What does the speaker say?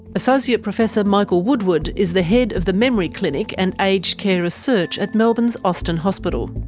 associate professor michael woodward is the head of the memory clinic and aged care research at melbourne's austin hospital.